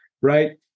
right